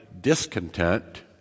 discontent